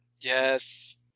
Yes